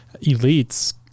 elites